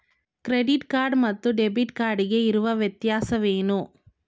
Credit card ಮತ್ತು debit card ಗೆ ಇರುವ ವ್ಯತ್ಯಾಸವೇನು?